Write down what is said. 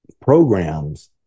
programs